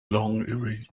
long